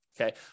Okay